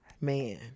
Man